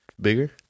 bigger